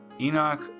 Enoch